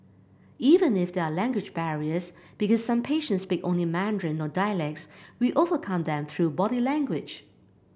even if there are language barriers because some patients speak only Mandarin or dialects we overcome them through body language